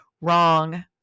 Wrong